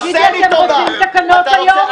תגידו, אתם רוצים תקנות היום, או שאתם מתווכחים?